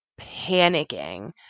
panicking